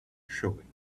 showing